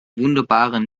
wunderbare